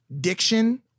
diction